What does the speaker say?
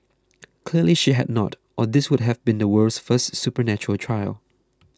clearly she had not or this would have been the world's first supernatural trial